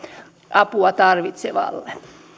apua tarvitsevalle